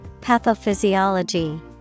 Pathophysiology